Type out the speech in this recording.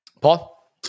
Paul